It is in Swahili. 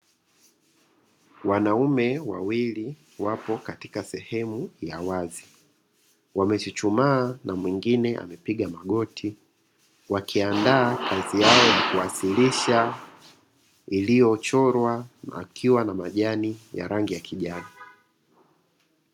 Wanaume wawili wapo katika sehemu ya wazi wamechuchumaa na mwingine amepiga magoti wakiandaa Kazi yao ya kuwasilisha iliyochorwa wakiwa na majani ya rangi ya kijani.